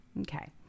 Okay